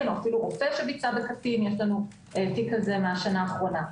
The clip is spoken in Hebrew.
או אפילו רופא שביצע בקטין - יש לנו תיק כזה מהשנה האחרונה.